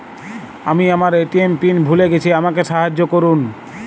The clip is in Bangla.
আমি আমার এ.টি.এম পিন ভুলে গেছি আমাকে সাহায্য করুন